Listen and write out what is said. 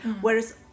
whereas